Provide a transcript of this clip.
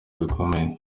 bikomeye